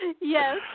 yes